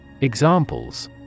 Examples